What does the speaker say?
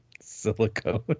Silicone